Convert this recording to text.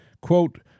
quote